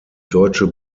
deutsche